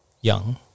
young